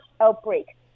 outbreak